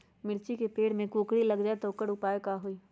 मिर्ची के पेड़ में कोकरी लग जाये त वोकर उपाय का होई?